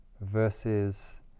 Versus